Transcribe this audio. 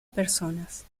personas